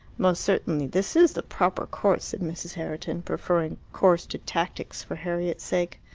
most certainly this is the proper course, said mrs. herriton, preferring course to tactics for harriet's sake.